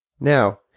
Now